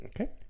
Okay